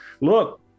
look